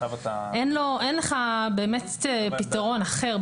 אין באמת פתרון אחר,